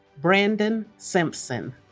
brandon simpson